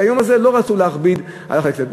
ביום הזה לא רצו להכביד על הכנסת.